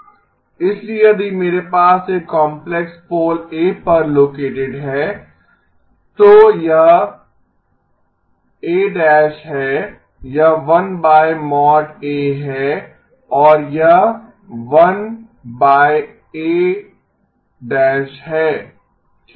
इसलिए यदि मेरे पास एक काम्प्लेक्स पोल a पर लोकेटेड है तो यह a¿ है यह है और यह है ठीक है